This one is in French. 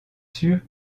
sûr